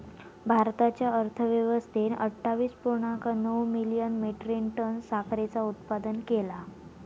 भारताच्या अर्थव्यवस्थेन अट्ठावीस पुर्णांक नऊ मिलियन मेट्रीक टन साखरेचा उत्पादन केला